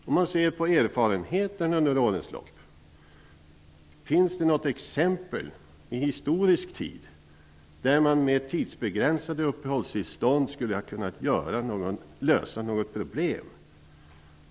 Om vi ser på erfarenheterna under årens lopp, finns det då något exempel, i historisk tid, där man tidsbegränsade uppehållstillstånd skulle ha kunnat lösa något problem?